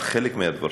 על חלק מהדברים,